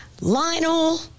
Lionel